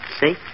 See